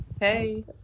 hey